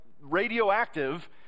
radioactive